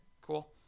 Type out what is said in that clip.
cool